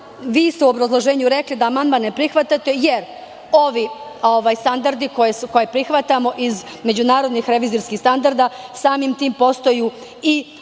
vi ste u obrazloženju rekli da amandman ne prihvatate jer, ovi standardi koje prihvatamo iz međunarodnih revizorskih standarda, samim tim postaju i predlog